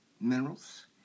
minerals